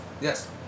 Yes